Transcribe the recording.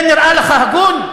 זה נראה לך הגון?